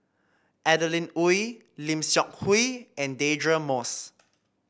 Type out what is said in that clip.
Adeline Ooi Lim Seok Hui and Deirdre Moss